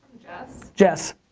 jess. jess.